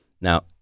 Now